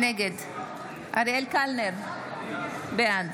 נגד אריאל קלנר, בעד